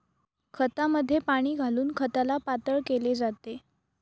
खतामध्ये पाणी घालून खताला पातळ केले जाते